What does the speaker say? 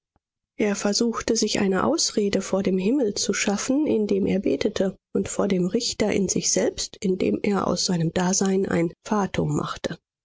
er versuchte sich eine ausrede vor dem himmel zu schaffen indem er betete und vor dem richter in sich selbst indem er aus seinem dasein ein fatum machte